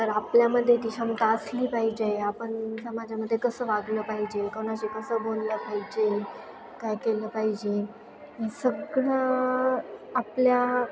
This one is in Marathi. तर आपल्यामध्ये ती क्षमता असली पाहिजे आपण समाजामध्ये कसं वागलं पाहिजे कोणाशी कसं बोललं पाहिजे काय केलं पाहिजे हे सगळं आपल्या